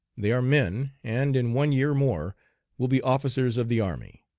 they are men, and in one year more will be officers of the army.